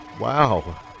Wow